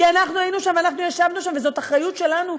כי אנחנו היינו שם ואנחנו ישבנו שם וזאת אחריות שלנו,